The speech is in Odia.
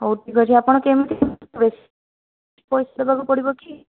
ହଉ ଠିକ୍ ଅଛି ଆପଣ କେମିତି ଦେବେ ପଇସା ଦେବାକୁ ପଡ଼ିବ କି